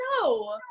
no